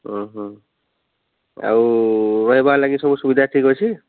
ହଁ ହଁ ଆଉ ରହେବାର୍ ଲାଗି ସବୁ ସୁବିଧା ଠିକ୍ ଅଛି